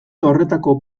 horretako